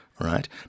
right